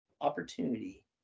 opportunity